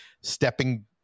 stepping